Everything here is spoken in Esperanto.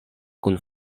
kun